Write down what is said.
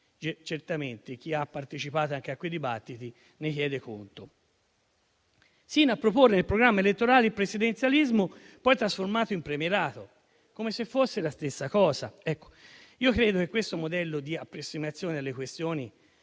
certamente chi ha partecipato a quei dibattiti ne chiede conto. Si è arrivati sino a proporre nel programma elettorale il presidenzialismo, poi trasformato in premierato, come se fosse la stessa cosa. Credo che questo modello di approssimazione delle questioni